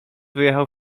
wyjechał